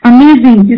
Amazing